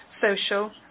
social